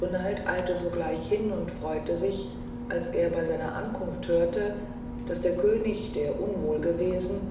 renald eilte sogleich hin und freute sich als er bei seiner ankunft hörte daß der könig der unwohl gewesen